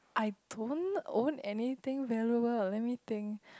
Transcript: I don't own anything valuable let me think